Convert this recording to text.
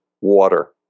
water